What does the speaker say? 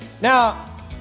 Now